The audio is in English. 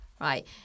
right